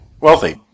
wealthy